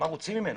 רוצים ממנו.